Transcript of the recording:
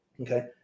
Okay